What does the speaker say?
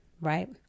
right